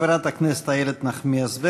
חברת הכנסת איילת נחמיאס ורבין,